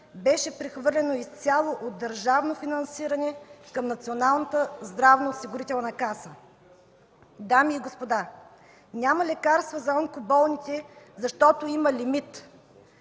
беше прехвърлено изцяло от държавно финансиране към Националната здравноосигурителна каса. Дами и господа, няма лекарства за онкоболните, защото има лимит